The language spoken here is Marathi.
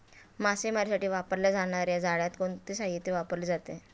मासेमारीसाठी वापरल्या जाणार्या जाळ्यात कोणते साहित्य वापरले जाते?